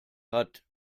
hat